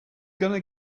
gonna